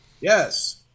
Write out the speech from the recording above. Yes